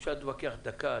אפשר להתווכח דקה,